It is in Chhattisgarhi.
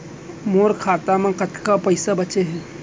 मोर खाता मा कतका पइसा बांचे हे?